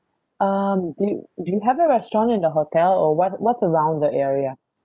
um do you do you have a restaurant in the hotel or what what's around the area